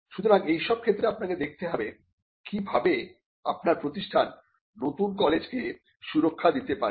সুতরাং এইসব ক্ষেত্রে আপনাকে দেখতে হবে কিভাবে আপনার প্রতিষ্ঠান নতুন নলেজ কে সুরক্ষা দিতে পারে